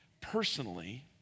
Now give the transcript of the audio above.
personally